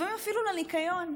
לפעמים אפילו לניקיון,